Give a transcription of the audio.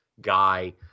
guy